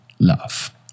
Love